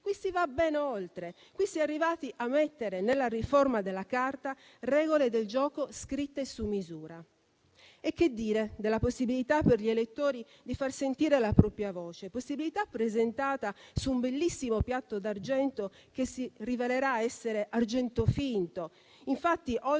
Qui si va ben oltre e si è arrivati a mettere nella riforma della Carta delle regole del gioco scritte su misura. Che dire poi della possibilità per gli elettori di far sentire la propria voce? È una possibilità presentata su un bellissimo piatto d'argento, che si rivelerà essere di argento finto.